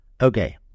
Okay